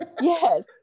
Yes